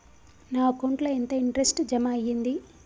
నా అకౌంట్ ల ఎంత ఇంట్రెస్ట్ జమ అయ్యింది?